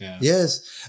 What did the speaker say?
yes